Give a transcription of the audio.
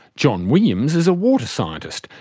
john williams is a water scientist,